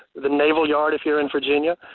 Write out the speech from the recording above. the naval yard if you're in virginia.